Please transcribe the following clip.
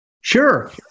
Sure